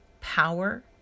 power